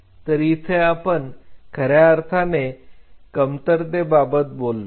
तर इथे आपण खऱ्या अर्थाने कमतरता बाबत बोललो